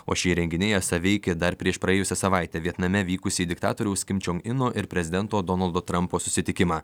o šie įrenginiai esą veikė dar prieš praėjusią savaitę vietname vykusį diktatoriaus kimčiongino ir prezidento donaldo trumpo susitikimą